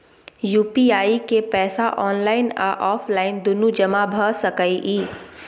UPI के पैसा online आ ऑफलाइन दुनू जमा भ सकै इ?